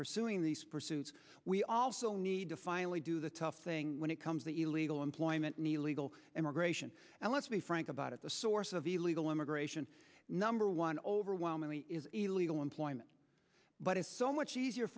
pursuing these pursuits we also need to finally do the tough thing when it comes that illegal employment need illegal immigration and let's be frank about it the source of the illegal immigration number one overwhelmingly is illegal employment but it's so much easier